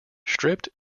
stripped